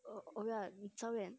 oh oh ya michoyan